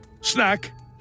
snack